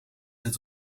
het